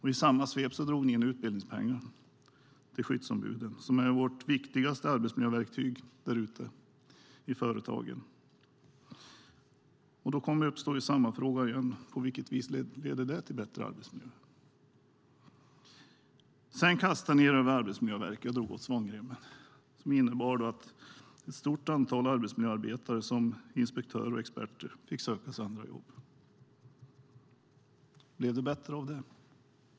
I samma svep drog ni in utbildningspengarna till skyddsombuden som är vårt viktigaste arbetsmiljöverktyg ute på företagen. Då uppstår samma fråga igen: På vilket vis leder det till bättre arbetsmiljöer? Sedan kastade ni er över Arbetsmiljöverket och drog åt svångremmen. Det innebar att ett stort antal arbetsmiljöarbetare, som inspektörer och experter, fick söka sig andra jobb. Blev det bättre av det?